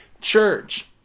church